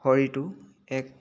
শৰীৰটো এক